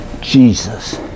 Jesus